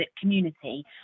community